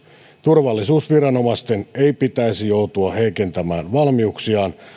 turvallisuusviranomaisten ei pitäisi joutua heikentämään valmiuksiaan